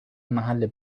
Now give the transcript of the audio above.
محل